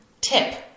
tip